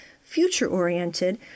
future-oriented